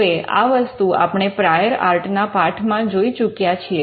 હવે આ વસ્તુ આપણે પ્રાયોર આર્ટ ના પાઠમાં જોઈ ચૂક્યા છીએ